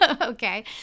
Okay